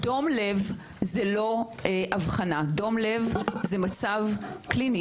דום לב זו לא אבחנה, זה מצב קליני.